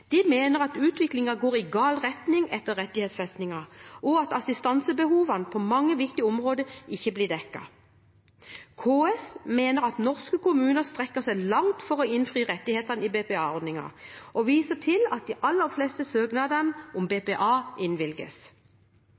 De mener at utviklingen går i gal retning etter rettighetsfestingen, og at assistansebehovene på mange viktige områder ikke blir dekket. KS mener at norske kommuner strekker seg langt for å innfri rettighetene i BPA-ordningen og viser til at de aller fleste søknadene om BPA innvilges.